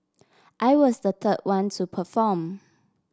I was the third one to perform